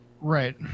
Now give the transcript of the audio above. Right